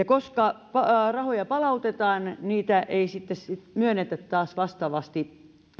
koska rahoja palautetaan niitä ei sitten myönnetä taas vastaavasti